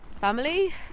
family